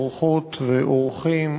אורחות ואורחים,